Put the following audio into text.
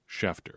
Schefter